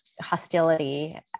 hostility